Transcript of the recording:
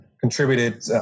contributed